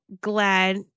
glad